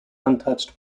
untouched